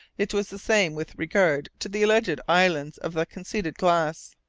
it was the same with regard to the alleged islands of the conceited glass.